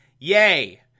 yay